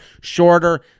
shorter